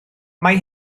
mae